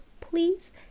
Please